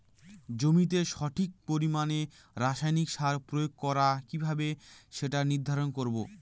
জমিতে সঠিক পরিমাণে রাসায়নিক সার প্রয়োগ করা কিভাবে সেটা নির্ধারণ করব?